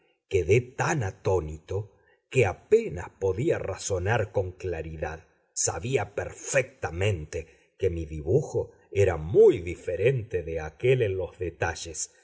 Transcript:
quedé tan atónito que apenas podía razonar con claridad sabía perfectamente que mi dibujo era muy diferente de aquél en los detalles